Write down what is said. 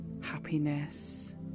happiness